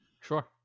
Sure